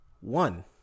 one